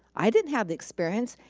i didn't have the experience.